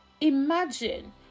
Imagine